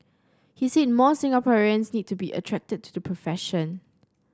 he said more Singaporeans need to be attracted to the profession